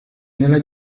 nella